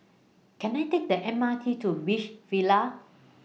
Can I Take The M R T to Beach Villas